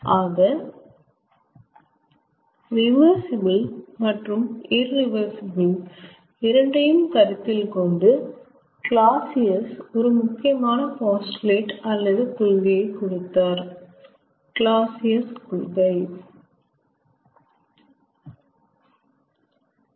ஆக ரிவர்சிபிள் மற்றும் இரிவர்சிபிள் இரண்டையும் கருத்தில் கொண்டு கிளாஸ்சியஸ் ஒரு முக்கியமான போஸ்டுலேட் அல்லது கொள்கை ஐ கொடுத்தார் கிளாஸ்சியஸ் கொள்கை